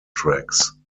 tracks